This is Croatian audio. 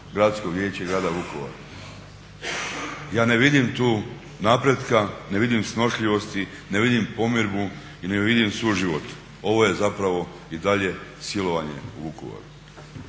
Gradsko vijeće grada Vukovara? Ja ne vidim tu napretka, ne vidim snošljivosti, ne vidim pomirbu i ne vidim suživot. Ovo je zapravo i dalje silovanje u Vukovaru.